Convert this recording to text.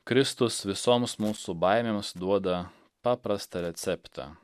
kristus visoms mūsų baimėms duoda paprastą receptą